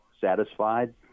satisfied